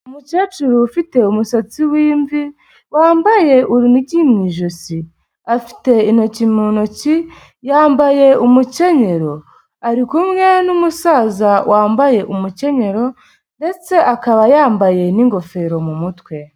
Umukecuru ufite umusatsi w'imvi wambaye urunigi mu ijosi, afite intoki mu ntoki yambaye umukenyero, ari kumwe n'umusaza wambaye umukenyero ndetse akaba yambaye n'ingofero mu mutwe.